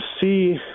see